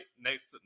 next